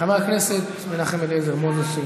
חבר הכנסת מנחם אליעזר מוזס,